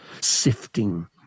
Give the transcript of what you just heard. sifting